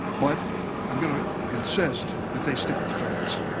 but i'm going to insist that they stick with the facts.